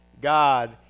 God